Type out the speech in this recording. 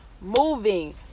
moving